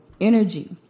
energy